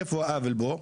איפה העוול פה,